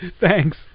thanks